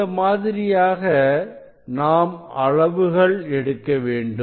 இந்த மாதிரியாக நாம் அளவுகள் எடுக்க வேண்டும்